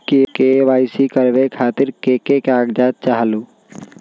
KYC करवे खातीर के के कागजात चाहलु?